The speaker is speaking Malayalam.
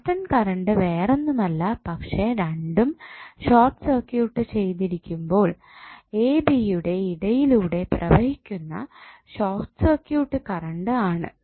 നോർട്ടൺ കറണ്ട് വേറൊന്നുമല്ല പക്ഷെ രണ്ടും ഷോർട്ട് സർക്യൂട്ട് ചെയ്തിരിക്കുമ്പോൾ എ ബി യുടെ ഇടയിലൂടെ പ്രവഹിക്കുന്ന ഷോർട്ട് സർക്യൂട്ട് കറണ്ട് ആണ്